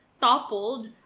Toppled